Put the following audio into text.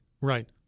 Right